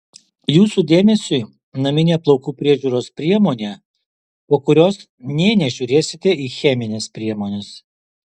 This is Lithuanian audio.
jūsų dėmesiui naminė plaukų priežiūros priemonė po kurios nė nežiūrėsite į chemines priemones